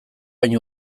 hain